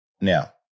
Now